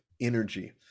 energy